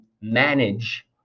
manage